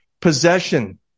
possession